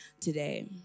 today